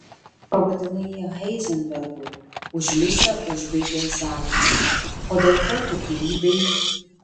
pavadinai jį heizenbergu už liusę užbaigė zakas o dėl ko tu klydai